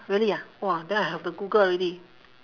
really ah !wah! then I have to google already